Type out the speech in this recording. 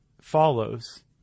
follows